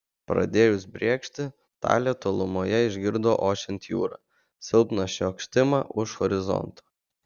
pradėjus brėkšti talė tolumoje išgirdo ošiant jūrą silpną šniokštimą už horizonto